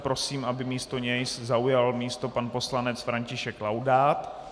Prosím, aby místo něj zaujal místo pan poslanec František Laudát.